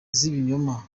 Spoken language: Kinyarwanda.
z’ibinyoma